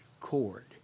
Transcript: cord